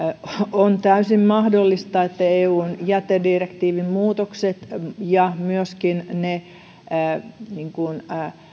on täysin mahdollista että eun jätedirektiivin muutokset ja myöskin ne